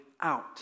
out